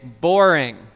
boring